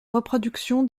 reproduction